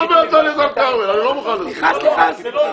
--- תקשיבו,